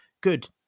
good